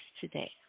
today